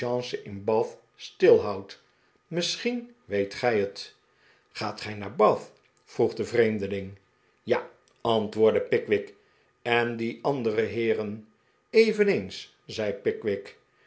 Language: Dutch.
in bath stilhoudt misschien weet gij het gaat gij naar bath vroeg de vreemdeling ja antwoordde pickwick r en die andere heeren eveneens zei pickwick